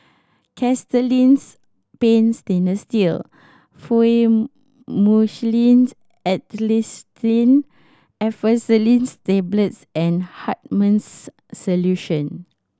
Castellani's Paint Stainless Fluimucil Acetylcysteine Effervescent Tablets and Hartman's Solution